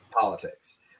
politics